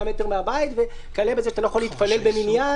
מטר מהבית וכלה בזה שאתה לא יכול להתפלל במניין,